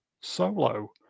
Solo